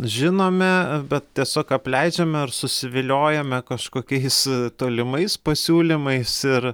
žinome bet tiesiog apleidžiame ar susiviliojame kažkokiais tolimais pasiūlymais ir